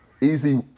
Easy